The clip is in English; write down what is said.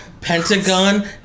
Pentagon